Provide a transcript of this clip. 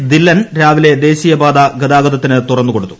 ധില്ലൻ രാവിലെ ദേശീയപാത ഗതാഗതത്തിന് തുറന്നു കൊടുത്തു